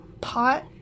pot